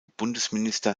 bundesminister